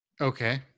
Okay